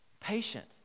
patient